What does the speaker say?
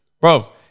Bro